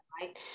right